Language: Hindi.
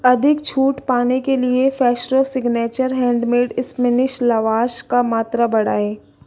अधिक छूट पाने के लिए Fresho signature handmade spinach lavash का मात्रा बढ़ाएँ